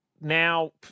now